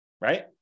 Right